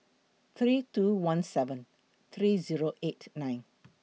three two one seven three Zero eight nine